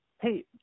Hey